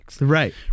Right